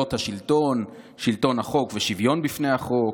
הגבלת השלטון, שלטון החוק ושוויון בפני החוק,